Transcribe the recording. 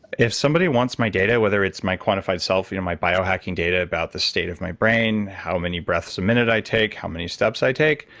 if somebody wants my data, whether it's my quantified self, you know my biohacking data about the state of my brain, brain, how many breaths a minute i take, how many steps i take,